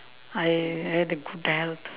I had a good health